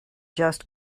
just